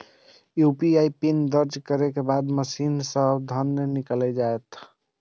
UPI PIN दर्ज करै के बाद मशीन सं धन निकैल जायत